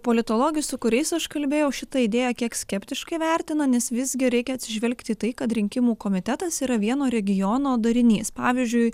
politologai su kuriais aš kalbėjau šitą idėją kiek skeptiškai vertina nes visgi reikia atsižvelgti į tai kad rinkimų komitetas yra vieno regiono darinys pavyzdžiui